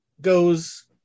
goes